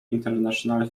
international